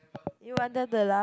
you wanted to laugh